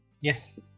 yes